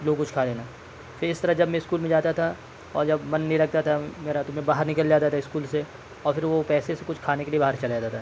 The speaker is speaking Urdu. لو کچھ کھا لینا پھر اس طرح جب میں اسکول میں جاتا تھا اور جب من نہیں لگتا تھا میرا تو میں باہر نکل جاتا تھا اسکول سے اور پھر وہ پیسے سے کچھ کھانے کے لیے باہر چلا جاتا تھا